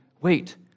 Wait